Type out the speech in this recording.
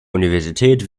universität